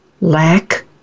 lack